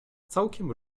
całkiem